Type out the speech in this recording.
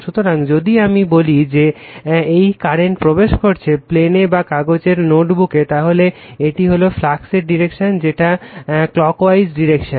সুতরাং যদি আমি বলি যে এই কারেন্ট প্রবেশ করছে প্লেনে বা কাগজের নোটবুকে তাহলে এটি হল ফ্লাক্স এর ডিরেকশন যেটা ক্লকওয়াইজ ডিরেকশন